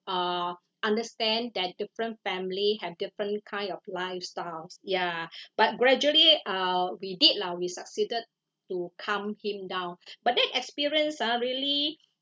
uh understand that different family have different kind of lifestyles ya but gradually uh we did lah we succeeded to calm him down but that experience ah really